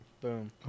Boom